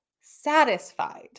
satisfied